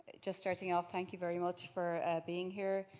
just starting off, thank you very much for being here.